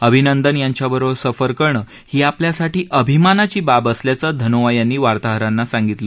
अभिनंदन यांच्याबरोबर सफर करणं ही आपल्यासाठी अभिमानाची बाब असल्याचं धनोआ यांनी वार्ताहरांना सांगितलं